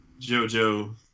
Jojo